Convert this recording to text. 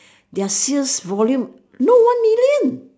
their sales volume no one million